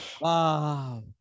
wow